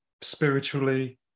spiritually